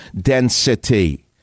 density